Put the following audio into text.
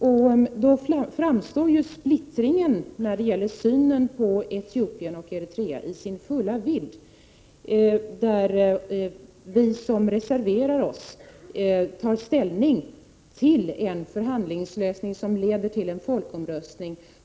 Här framstår splittringen i synen på Etiopien och Eritrea i sin fulla vidd. Vi som reserverar oss tar ställning för en förhandlingslösning som leder till en folkomröstning.